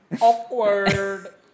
Awkward